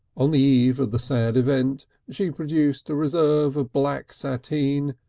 on the eve of the sad event she produced a reserve of black sateen,